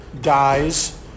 dies